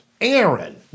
Aaron